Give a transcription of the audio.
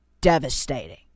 devastating